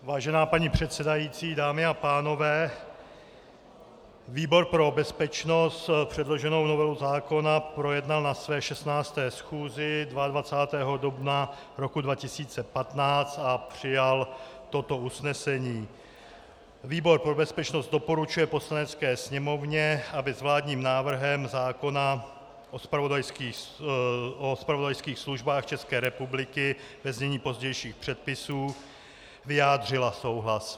Vážená paní předsedající, dámy a pánové, výbor pro bezpečnost předloženou novelu zákona projednal na své 16. schůzi 22. dubna 2015 a přijal toto usnesení: Výbor pro bezpečnost doporučuje Poslanecké sněmovně, aby s vládním návrhem zákona o zpravodajských službách České republiky, ve znění pozdějších předpisů, vyjádřila souhlas.